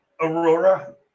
Aurora